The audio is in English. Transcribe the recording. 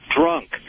drunk